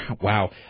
Wow